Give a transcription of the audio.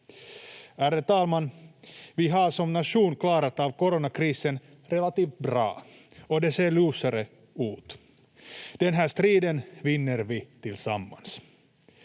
Ärade talman! Vi har som nation klarat av coronakrisen relativt bra och det ser ljusare ut. Den här striden vinner vi tillsammans.